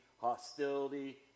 hostility